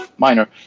Minor